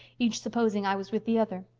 each supposing i was with the other.